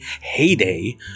heyday